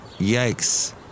Yikes